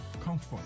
comfort